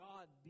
God